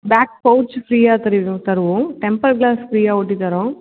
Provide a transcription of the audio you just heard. back pouch ஃப்ரீயாக தருவோம் தருவோம் டெம்ப்பர் கிளாஸ் ஃப்ரீயாக ஒட்டி தரோம்